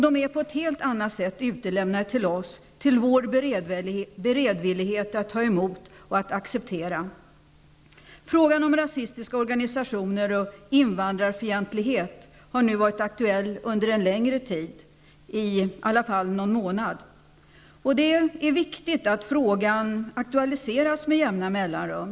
De är på ett helt annat sätt utelämnade till oss, till vår beredvillighet att ta emot och att acceptera. Frågan om rasistiska organisationer och invandrarfientlighet har nu varit aktuell under en längre tid -- i alla fall någon månad. Det är viktigt att frågan aktualiseras med jämna mellanrum.